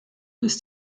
ist